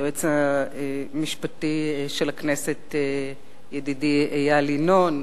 היועץ המשפטי של הכנסת ידידי איל ינון,